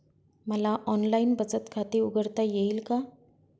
मला ऑनलाइन बचत खाते उघडता येईल का?